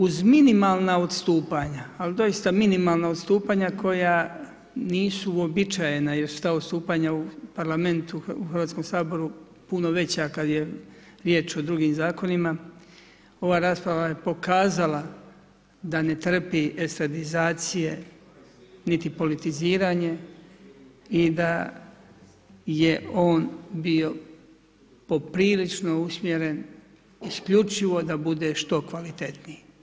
Uz minimalna odstupanja, ali doista minimalna odstupanja, koja nisu običajna, jer su to odstupanja u Parlamentu u Hrvatskom saboru, puno veća, kad je riječ o drugim zakonima, ova rasprava je pokazala da ne trpi estradizacije niti politiziranje i da je on bio poprilično usmjeren, isključivo da bude što kvalitetniji.